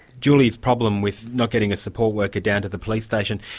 julie's problem with not getting a support worker down to the police station,